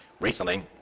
Recently